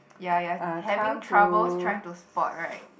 ya you are having troubles trying to spot right